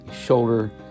shoulder